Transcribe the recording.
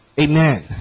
Amen